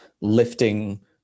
lifting